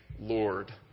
Lord